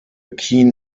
keen